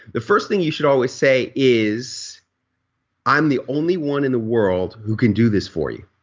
the first thing you should always say is i'm the only one in the world who can do this for you.